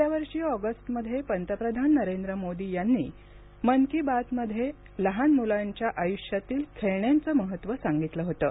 गेल्या वर्षी ऑगस्टमध्ये पंतप्रधान नरेंद्र मोदी यांनी मन की बातमध्ये लहान मुलांच्या आयुष्यातील खेळण्यांचं महत्त्व सांगितलं होतं